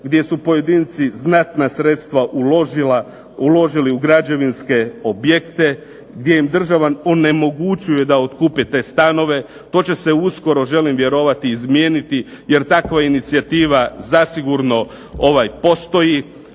gdje su pojedinci znatna sredstva uložili u građevinske objekte, gdje im država onemogućuje da otkupe te stanove. To će se uskoro želim vjerovati izmijeniti jer takva inicijativa zasigurno postoji.